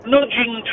nudging